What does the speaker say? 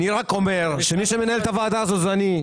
אני רק אומר שמי שמנהל את הוועדה הזאת זה אני,